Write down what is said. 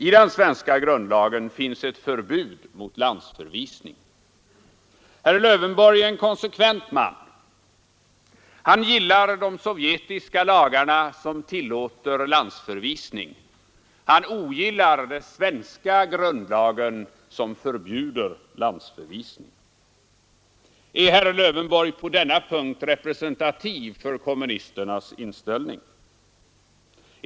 I den svenska grundlagen finns ett förbud mot landsförvisning. Herr Lövenborg är en konsekvent man. Han gillar de sovjetiska lagarna som tillåter landsförvisning. Han ogillar den svenska grundlagen som förbjuder landsförvisning. Är herr Lövenborg på denna punkt representativ för kommunisternas inställning?